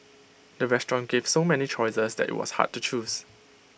the restaurant gave so many choices that IT was hard to choose